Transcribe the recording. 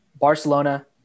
Barcelona